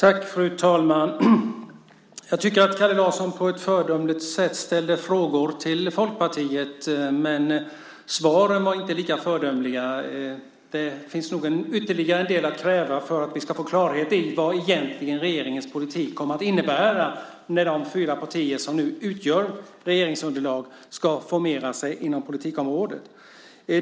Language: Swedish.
Fru talman! Jag tycker att Kalle Larsson på ett föredömligt sätt ställde frågor till Folkpartiet, men svaren var inte lika föredömliga. Det finns nog ytterligare en del att kräva för att vi ska få klarhet i vad regeringens politik egentligen kommer att innebära när de fyra partier som nu utgör regeringsunderlag ska formera sig inom politikområdet.